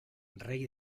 rey